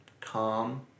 calm